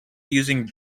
using